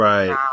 Right